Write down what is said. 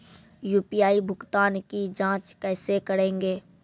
UPI भुगतान की जाँच कैसे करेंगे?